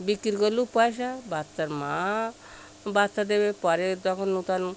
বিক্রি করলেও পয়সা বাচ্চার মা বাচ্চা দেবে পরে তখন নূতন